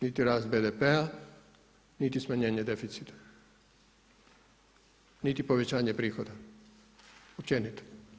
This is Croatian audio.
Niti rast BDP-a niti smanjenje deficita, niti povećanje prihoda, općenito.